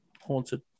Haunted